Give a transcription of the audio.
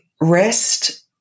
rest